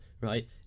right